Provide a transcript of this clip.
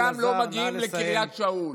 משם לא מגיעים לקריית שאול.